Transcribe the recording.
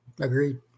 Agreed